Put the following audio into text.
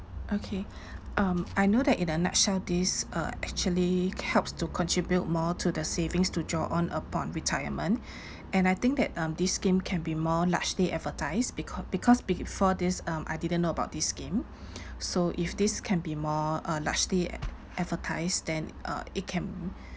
okay um I know that in a nutshell this uh actually helps to contribute more to the savings to draw on upon retirement and I think that um this scheme can be more largely advertised becau~ because before this um I didn't know about this scheme so if this can be more uh largely ad~ advertised then uh it can